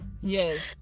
Yes